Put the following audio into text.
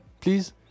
please